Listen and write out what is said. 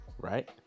right